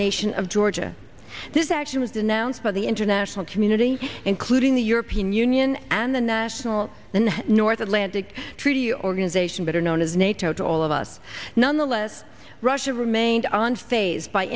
nation of georgia this action was announced by the international community including the european union and the national than north atlantic treaty organization better known as nato to all of us nonetheless russia remained